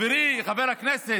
חברי חבר הכנסת,